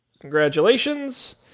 Congratulations